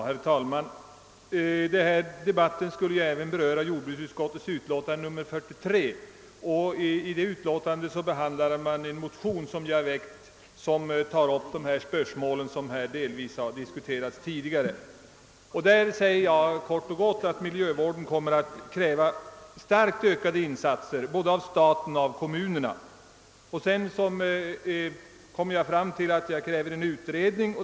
Herr talman! Denna debatt skulle beröra även jordbruksutskottets utlåtande nr 43. I det utlåtandet behandlar man en motion som jag har väckt och som tar upp de spörsmål som här delvis har diskuterats tidigare. I motionen konstaterar jag kort och gott att miljövården kommer att kräva starkt ökade insatser, både av staten och av kommunerna. Sedan kommer jag fram till ett krav på en utredning.